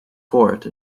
port